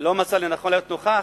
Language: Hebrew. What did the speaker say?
לא מצא לנכון להיות נוכח,